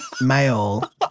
male